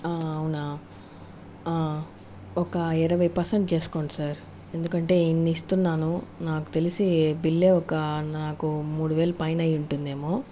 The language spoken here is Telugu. అవునా ఒక ఇరవై పర్సెంట్ చేసుకోండి సార్ ఎందుకంటే ఇన్ని ఇస్తున్నాను నాకు తెలిసి బిల్యే ఒక నాకు ఒక మూడు వేల పైన అయ్యి ఉంటుందేమో